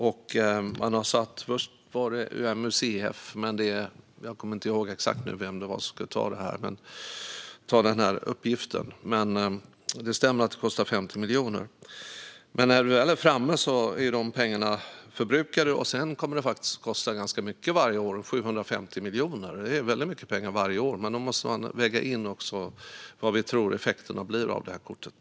Först talades det om MUCF, men jag kommer inte ihåg exakt vem det var som skulle ta den här uppgiften. Det stämmer dock att det kostar 50 miljoner. När vi väl är framme är de pengarna förbrukade, och sedan kommer det att kosta ganska mycket varje år - 750 miljoner. Det är väldigt mycket pengar varje år, men då måste man också väga in vad vi tror effekterna blir av fritidskortet.